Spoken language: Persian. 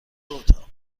اتاق